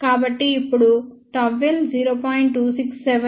కాబట్టి ఇప్పుడు ΓL 0